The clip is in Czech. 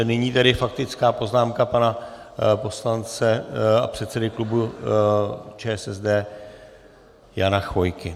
Nyní tedy faktická poznámka pana poslance a předsedy klubu ČSSD Jana Chvojky.